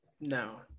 No